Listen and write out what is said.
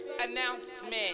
announcement